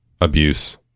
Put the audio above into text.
abuse